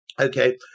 okay